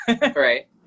Right